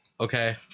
Okay